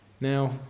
Now